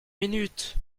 minutes